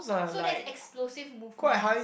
so that's explosive movement